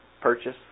Purchase